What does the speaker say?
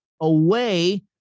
away